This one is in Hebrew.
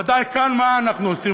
בוודאי כאן, מה אנחנו עושים?